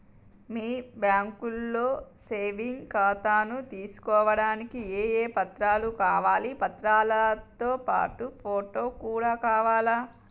మీ బ్యాంకులో సేవింగ్ ఖాతాను తీసుకోవడానికి ఏ ఏ పత్రాలు కావాలి పత్రాలతో పాటు ఫోటో కూడా కావాలా?